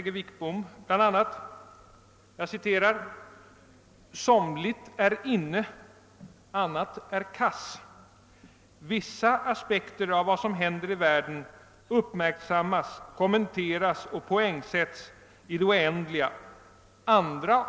G. Wickbom bl.a.: >Somligt är ”inne”, annåt är ”kass”. Vissa aspekter av vad som världen: uppmärksammas, kommenteras och poängsätts i det oändliga, andra.